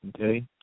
okay